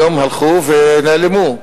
היום הלכו ונעלמו,